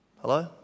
Hello